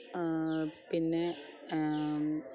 പിന്നെ